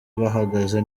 bahagaze